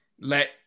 let